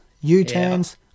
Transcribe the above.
U-turns